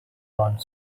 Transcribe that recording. wrong